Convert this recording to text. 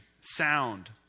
sound